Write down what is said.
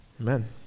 Amen